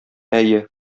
әйе